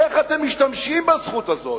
איך אתם משתמשים בזכות הזאת?